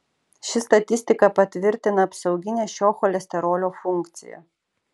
ši statistika patvirtina apsauginę šio cholesterolio funkciją